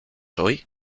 hoy